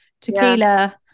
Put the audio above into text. tequila